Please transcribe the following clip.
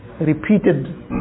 repeated